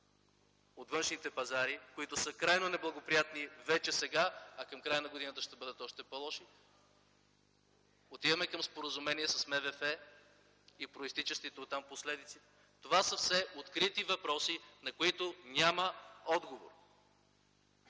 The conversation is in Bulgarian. от външните пазари, които са крайно неблагоприятни сега, а към края на годината ще бъдат още по-лоши? Отиваме към споразумение с МВФ и произтичащите оттам последици. Това са все открити въпроси, на които няма отговор.